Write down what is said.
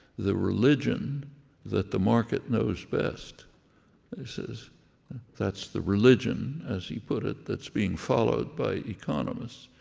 the religion that the market knows best. he says that's the religion, as he put it, that's being followed by economists.